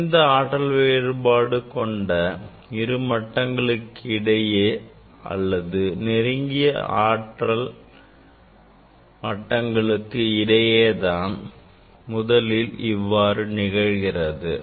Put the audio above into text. குறைந்த ஆற்றல் வேறுபாடு கொண்ட இரு மட்டங்களுக்கு இடையே அல்லது நெருங்கிய இரு ஆற்றல் மட்டங்களுக்கு இடையே தான் முதலில் இவ்வாறு நிகழ்கிறது